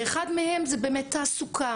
אחד מהם זה תעסוקה,